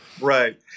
Right